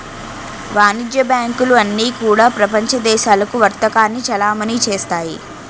వాణిజ్య బ్యాంకులు అన్నీ కూడా ప్రపంచ దేశాలకు వర్తకాన్ని చలామణి చేస్తాయి